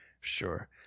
sure